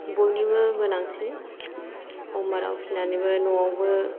बयनिबो गोनांथि अमा दाउ फिसिनानैबो न'आवबो